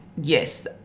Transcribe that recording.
yes